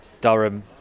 Durham